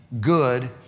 good